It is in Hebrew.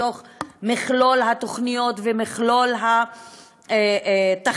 בתוך מכלול התוכניות ומכלול התחקירים,